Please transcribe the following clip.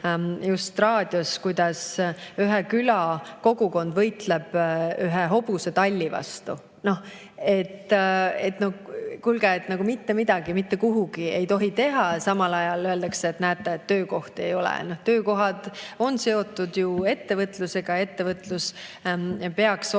just oli raadios uudis, et ühe küla kogukond võitleb ühe hobusetalli vastu. No kuulge, nagu mitte midagi, mitte kuhugi ei tohi teha, aga samal ajal öeldakse, et näete, töökohti ei ole. Töökohad on seotud ju ettevõtlusega ja ettevõtlus peaks olema